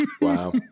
wow